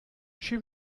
she